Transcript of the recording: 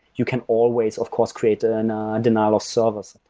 you can always, of course, create a and denial of service.